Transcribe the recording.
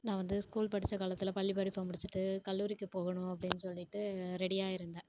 நான் வந்து ஸ்கூல் படித்த காலத்தில் பள்ளிப்படிப்பை முடிச்சுட்டு கல்லூரிக்கு போகணும் அப்படின்னு சொல்லிட்டு ரெடியாக இருந்தேன்